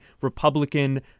Republican